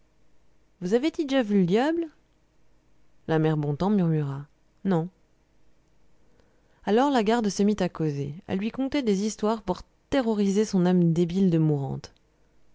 vos avez t il déjà vu l'diable la mère bontemps murmura non alors la garde se mit à causer à lui conter des histoires pour terroriser son âme débile de mourante